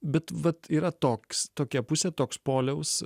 bet vat yra toks tokia pusė toks poliaus